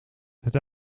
het